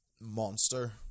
monster